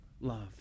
Love